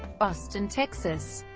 austin, texas